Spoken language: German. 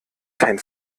kein